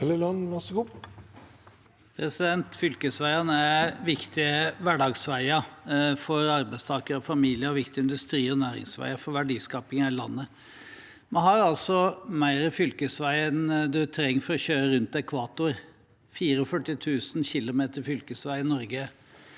Fylkesveiene er viktige hverdagsveier for arbeidstakere og familier og viktige industri- og næringsveier for verdiskaping i hele landet. Vi har altså mer fylkesvei enn man trenger for å kjøre rundt ekvator – det er ca. 44 000 kilometer fylkesvei i Norge.